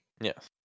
Yes